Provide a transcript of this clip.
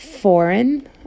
foreign